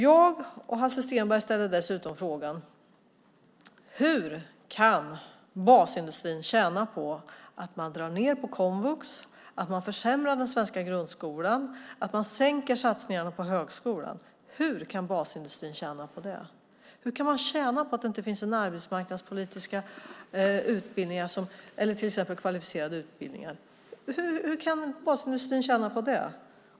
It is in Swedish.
Jag och Hans Stenberg ställde dessutom frågan: Hur kan basindustrin tjäna på att man drar ned på komvux, att man försämrar den svenska grundskolan och att man minskar satsningarna på högskolan? Hur kan basindustrin tjäna på det? Hur kan man tjäna på att det inte finns arbetsmarknadspolitiska utbildningar, till exempel kvalificerade utbildningar? Hur kan basindustrin tjäna på det?